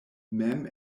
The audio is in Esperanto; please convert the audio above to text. mem